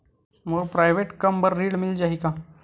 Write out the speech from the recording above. मोर private कम बर ऋण मिल जाही का?